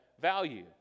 value